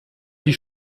die